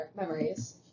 memories